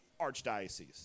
archdiocese